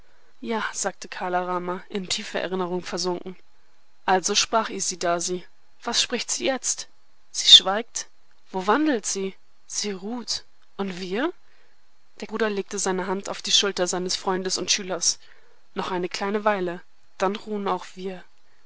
ja sagte kala rama in tiefe erinnerung versunken also sprach isidasi was spricht sie jetzt sie schweigt wo wandelt sie sie ruht und wir der bruder legte seine hand auf die schulter seines freundes und schülers noch eine kleine weile dann ruhen auch wir